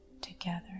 together